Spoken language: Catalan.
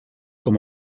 com